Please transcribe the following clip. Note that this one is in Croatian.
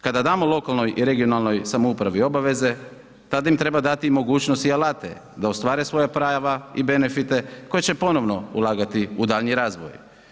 Kada damo lokalnoj i regionalnoj samoupravi obaveze, tad im treba dati i mogućnost i alate da ostvare svoja prava i benefite koje će ponovno ulagati u daljnji razvoj.